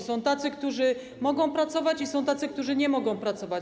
Są tacy, którzy mogą pracować, i są tacy, którzy nie mogą pracować.